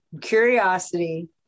curiosity